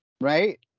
Right